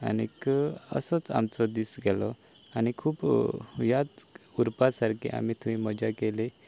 आनी असोच आमचो दीस गेलो आनी खूब याद उरपा सारकी आमी थंय मज्जा केली